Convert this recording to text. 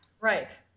Right